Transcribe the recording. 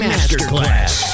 Masterclass